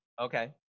Okay